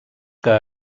que